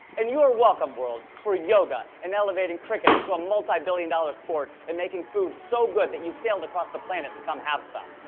and you are welcome, world, for yoga, and elevating cricket into a multibillion-dollar sport, and making food so good that you sailed across the planet to come have some.